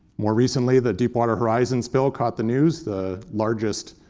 more recently, the deepwater horizon spill caught the news, the largest